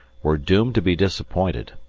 were doomed to be disappointed,